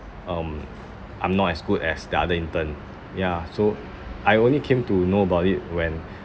um I'm not as good as the other intern ya so I only came to know about it when